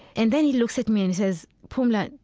and then he looks at me and says, pumla, and